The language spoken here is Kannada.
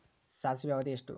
ಸಾಸಿವೆಯ ಅವಧಿ ಎಷ್ಟು?